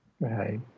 Right